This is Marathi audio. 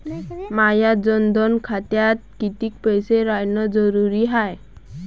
माया जनधन खात्यात कितीक पैसे रायन जरुरी हाय?